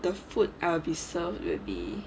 the food I will be served you will be